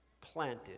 planted